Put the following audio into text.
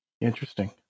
Interesting